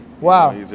Wow